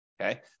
Okay